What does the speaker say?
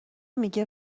میگه